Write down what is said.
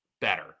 better